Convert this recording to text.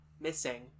missing